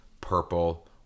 purple